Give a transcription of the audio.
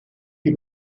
you